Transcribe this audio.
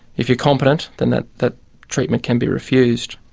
if you're competent, then that that treatment can be refused.